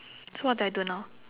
so what do I do now